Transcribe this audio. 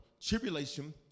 Tribulation